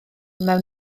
mewn